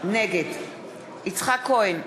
נגד יצחק כהן,